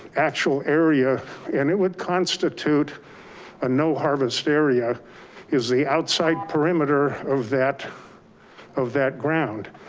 actual area and it would constitute a no harvest area is the outside perimeter of that of that ground.